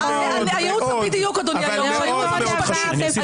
אבל מאוד מאוד חשוב.